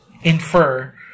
infer